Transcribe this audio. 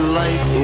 life